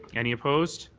any opposed?